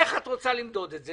תגידי איך את רוצה למדוד את זה,